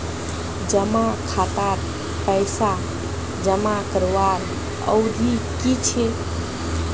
जमा खातात पैसा जमा करवार अवधि की छे?